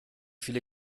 viele